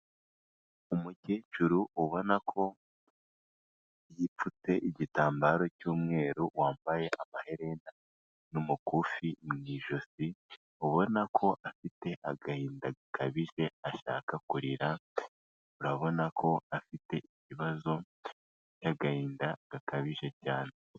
Umukecuru ubona ko yipfutse igitambaro cy'umweru, wambaye amaherena n'umukufi mu ijosi, ubona ko afite agahinda gakabije ashaka kurira, urabona ko afite ibibazo by'agahinda gakabije cyane.